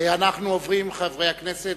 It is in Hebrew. חברי הכנסת,